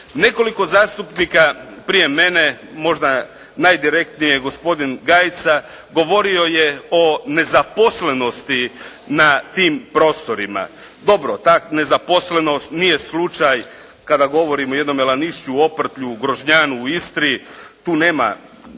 Nekoliko zastupnika prije mene, možda najdirektnije gospodin Gajica govorio je o nezaposlenosti na tim prostorima. Dobro, ta nezaposlenost nije slučaj kada govorimo o jednom Melanišću, Oprtlju, Grožnjanu u Istri, tu nema